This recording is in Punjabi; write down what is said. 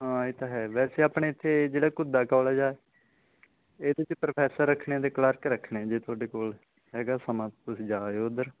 ਹਾਂ ਇਹ ਤਾਂ ਹੈ ਵੈਸੇ ਆਪਣੇ ਇੱਥੇ ਜਿਹੜਾ ਘੁੱਦਾ ਕੋਲਜ ਆ ਇਹਦੇ 'ਚ ਪ੍ਰੋਫੈਸਰ ਰੱਖਣੇ ਅਤੇ ਕਲਰਕ ਰੱਖਣੇ ਜੇ ਤੁਹਾਡੇ ਕੋਲ ਹੈਗਾ ਸਮਾਂ ਤੁਸੀਂ ਜਾ ਆਇਓ ਉੱਧਰ